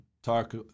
Talk